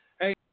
Hey